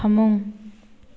ꯐꯃꯨꯡ